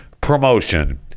promotion